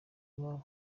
iwabo